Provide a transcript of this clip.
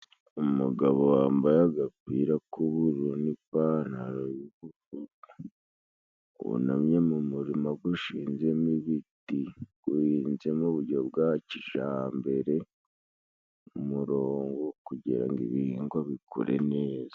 Umugabo wambaye agapira k'uburu n'ipantalo y'ugukuka, wunamye mu murima gushinzemo ibiti, guhinze mu buryo bwa kijambere ku murongo, kugira ngo ibihingwa bikure neza.